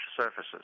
surfaces